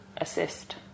assist